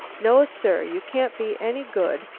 no, sir, you can't be any good,